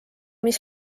mis